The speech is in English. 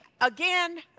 again